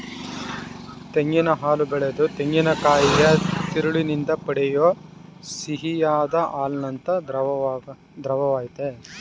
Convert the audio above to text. ತೆಂಗಿನ ಹಾಲು ಬೆಳೆದ ತೆಂಗಿನಕಾಯಿಯ ತಿರುಳಿನಿಂದ ಪಡೆಯೋ ಸಿಹಿಯಾದ್ ಹಾಲಿನಂಥ ದ್ರವವಾಗಯ್ತೆ